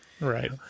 right